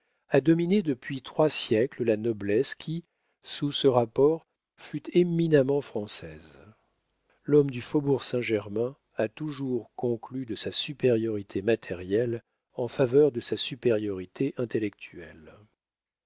a dominé depuis trois siècles la noblesse qui sous ce rapport fut éminemment française l'homme du faubourg saint-germain a toujours conclu de sa supériorité matérielle en faveur de sa supériorité intellectuelle